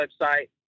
website